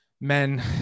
men